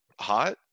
hot